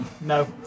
No